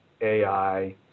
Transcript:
AI